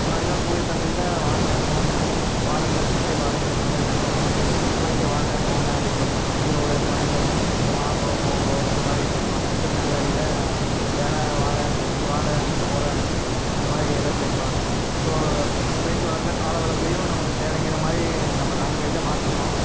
முன்னாடியெலாம் தூய தமிழ்ல வாங்க போங்க வாருங்கள் இங்கே வாருங்கள் அந்த மாதிரி பேசுவாங்க இப்போல்லா இங்கே வாங்க போங்க அப்டின்னு பேசுகிறாங்க ஈரோடு கோயம்பத்தூர் இங்கே வாங்க போங்க அந்த மாதிரி பேசுவாங்க திருநெல்வேலியில் ஏல வால இங்கே வால இஙகே போல அந்த மாதிரி ஏதோ பேசுவாங்க ஸோ பேச்சு வழக்கில் கால வழக்கிலையும் நமக்கு தேவைங்கிற மாதிரி நம்ம லேங்குவேஜை மாற்றிக்கிறோம்